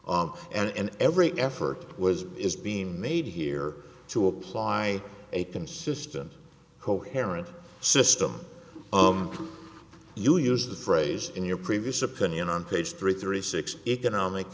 or and every effort was is being made here to apply a consistent coherent system of can you use the phrase in your previous opinion on page three three six economic